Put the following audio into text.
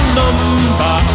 number